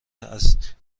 است